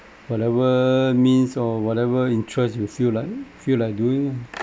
whatever means or whatever interest you feel like feel like doing ah